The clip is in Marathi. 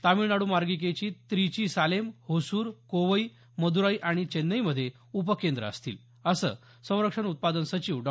तामिळनाडू मार्गिकेची त्रिची सालेम होसूर कोवई मद्राई आणि चेन्नईमध्ये उपकेंद्रं असतील असं संरक्षण उत्पादन सचिव डॉ